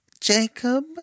Jacob